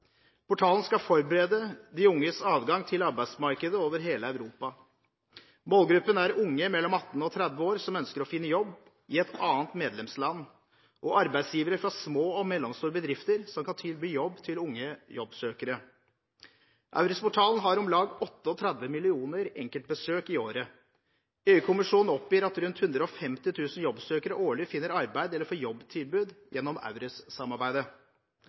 Portalen skal forberede de unges adgang til arbeidsmarkedet over hele Europa. Målgruppen er unge mellom 18 og 30 år som ønsker å finne jobb i et annet medlemsland, og arbeidsgivere fra små og mellomstore bedrifter som kan tilby jobb til unge jobbsøkere. EURES-portalen har om lag 38 millioner enkeltbesøk i året. EU-kommisjonen oppgir at rundt 150 000 jobbsøkere årlig finner arbeid eller får jobbtilbud gjennom